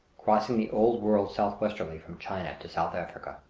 crossing the old world southwesterly from china to south africa.